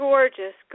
Gorgeous